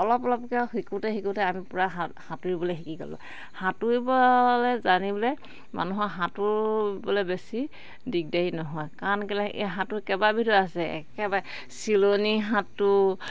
অলপ অলপকে শিকোঁতে শিকোঁতে আমি পূৰা সাঁতুৰিবলে শিকি গ'লোঁ সাঁতুৰিবলে জানিবলে মানুহৰ সাঁতোৰিবলে বেছি দিগদাৰি নহয় কাৰণ কেলে এই সাঁতোৰ কেইবাবিধো আছে একেবাৰে চিলনী সাঁতোৰ